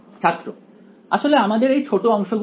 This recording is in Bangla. ছাত্র আসলে আমাদের এই ছোট অংশগুলো নেই